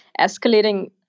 escalating